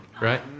right